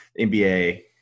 NBA